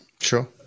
Sure